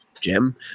Jim